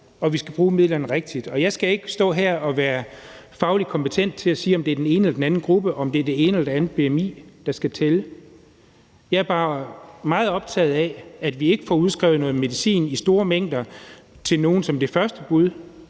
at vi skal bruge midlerne rigtigt. Jeg skal ikke stå her og være fagligt kompetent til at sige, om det er den ene eller den anden gruppe; om det er det ene eller det andet bmi, der skal til. Jeg er bare meget optaget af, at vi ikke får udskrevet noget medicin i store mængder til nogle som det første bud,